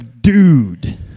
dude